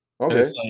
Okay